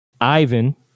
ivan